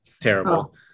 terrible